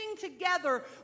together